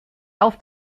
auf